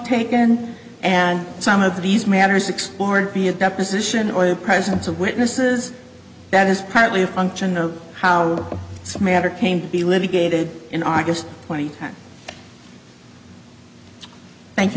taken and some of these matters explored be a deposition or the presence of witnesses that is partly a function of how some matter came to be living gated in august twenty thank you